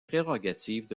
prérogatives